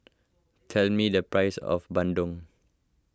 tell me the price of Bandung